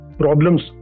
problems